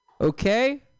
Okay